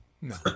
No